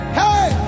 hey